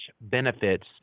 benefits